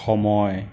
সময়